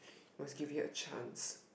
must give you a chance